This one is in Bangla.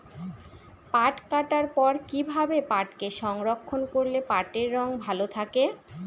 পাট কাটার পর কি ভাবে পাটকে সংরক্ষন করলে পাটের রং ভালো থাকে?